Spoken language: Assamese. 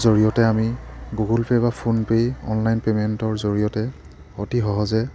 জৰিয়তে আমি গুগুল পে' বা ফোনপে' অনলাইন পে'মেণ্টৰ জৰিয়তে অতি সহজে